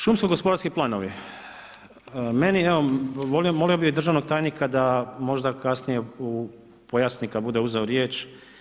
Šumsko gospodarski planovi, meni, evo, molio bi državnog tajnika, da možda kasnije pojasni kada bude uzeo riječ.